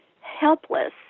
helpless